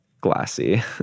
glassy